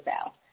out